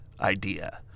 idea